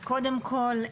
קודם כל,